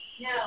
No